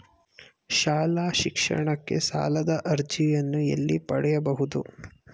ಶಾಲಾ ಶಿಕ್ಷಣಕ್ಕೆ ಸಾಲದ ಅರ್ಜಿಯನ್ನು ಎಲ್ಲಿ ಪಡೆಯಬಹುದು?